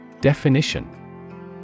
Definition